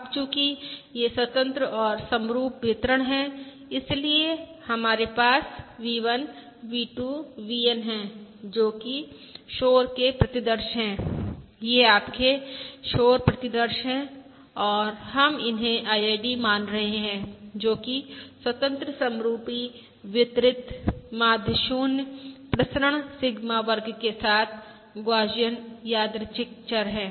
अब चूंकि ये स्वतंत्र और समरुप वितरण हैं इसलिए हमारे पास V1 V2 VN हैं जो कि शोर के प्रतिदर्श हैं ये आपके शोर प्रतिदर्श हैं और हम इन्हें IID मान रहे हैं जो कि स्वतंत्र समरुपी वितरित माध्य 0 प्रसरण सिगमा वर्ग के साथ गौसियन यादृच्छिक चर हैं